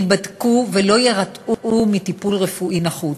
ייבדקו ולא יירתעו מטיפול רפואי נחוץ.